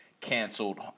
canceled